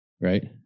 Right